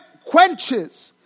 quenches